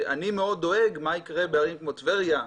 אני מאוד דואג מה יקרה בערים כמו טבריה,